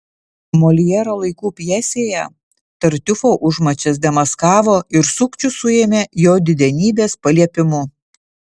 moljero laikų pjesėje tartiufo užmačias demaskavo ir sukčių suėmė jo didenybės paliepimu